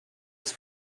use